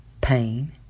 Pain